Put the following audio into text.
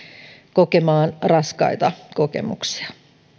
kokemaan raskaita kokemuksia